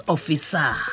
Officer